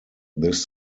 this